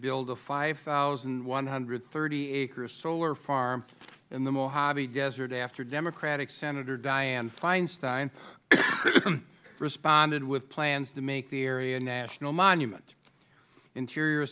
build a five thousand one hundred and thirty acre solar farm in the mohave desert after democratic senator diane feinstein responded with plans to make the area a national monument interior